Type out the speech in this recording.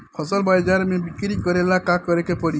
फसल बाजार मे बिक्री करेला का करेके परी?